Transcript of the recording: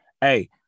hey